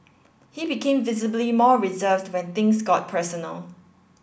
he became visibly more reserved when things got personal